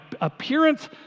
appearance